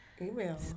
Email